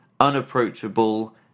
unapproachable